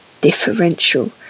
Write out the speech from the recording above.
differential